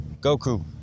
Goku